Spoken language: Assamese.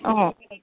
অঁ